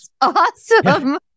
awesome